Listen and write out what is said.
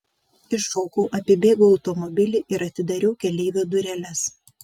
iššokau apibėgau automobilį ir atidariau keleivio dureles